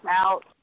out